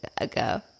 ago